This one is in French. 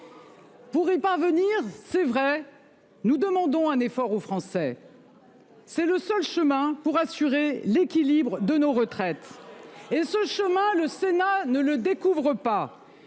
Pour y parvenir, il est vrai que nous demandons un effort aux Français. C'est le seul chemin pour assurer l'équilibre de nos retraites. Ce chemin, le Sénat ne le découvre pas.